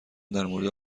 درمورد